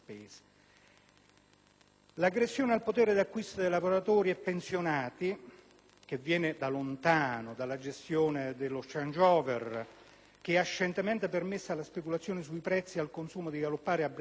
L'aggressione al potere d'acquisto di lavoratori e pensionati viene da lontano: dalla gestione del *changeover*, che ha scientemente permesso alla speculazione sui prezzi al consumo di galoppare a briglia sciolta,